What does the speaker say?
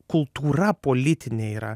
kultūra politinė yra